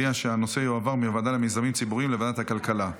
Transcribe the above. מהוועדה למיזמים ציבוריים לוועדת הכלכלה.